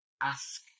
ask